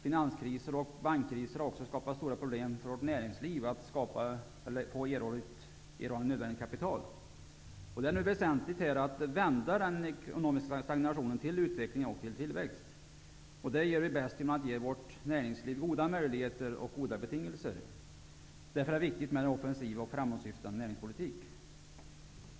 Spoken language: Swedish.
Finanskriser och bankkriser har också skapat stora problem för vårt näringsliv att erhålla nödvändigt kapital. Därför är det nu väsentligt att vända denna ekonomiska stagnation till utveckling och tillväxt. Detta gör vi bäst genom att ge vårt näringsliv goda möjligheter och betingelser. Därför är det viktigt med en offensiv och framåtsyftande näringspolitik.